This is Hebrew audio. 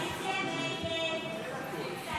הסתייגות 59 לא נתקבלה.